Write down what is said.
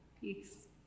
peace